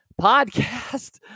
podcast